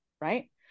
right